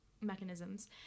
mechanisms